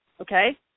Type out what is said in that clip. okay